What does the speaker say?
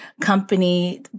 company